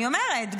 אני אומרת.